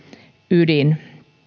ydin